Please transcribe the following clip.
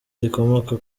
rikomoka